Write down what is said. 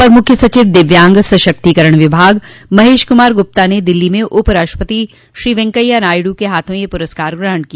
अपर मुख्य सचिव दिव्यांग सशक्तिकरण विभाग महेश कुमार गुप्ता ने दिल्ली में उप राष्ट्रपति श्री वेंकैया नायडू के हाथों यह पुरस्कार ग्रहण किया